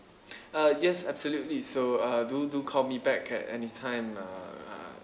uh yes absolutely so uh do do call me back at anytime uh